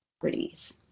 properties